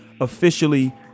officially